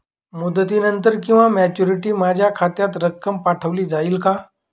मुदतीनंतर किंवा मॅच्युरिटी माझ्या खात्यात रक्कम पाठवली जाईल का?